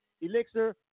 Elixir